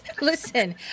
Listen